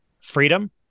Freedom